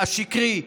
השקרי,